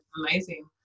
amazing